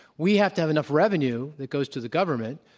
we have to have enough revenue that goes to the government,